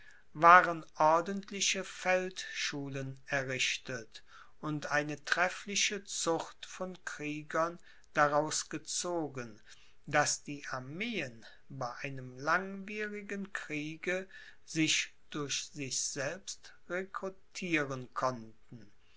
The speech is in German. waren ordentliche feldschulen errichtet und eine treffliche zucht von kriegern daraus gezogen daß die armeen bei einem langwierigen kriege sich durch sich selbst rekrutieren konnten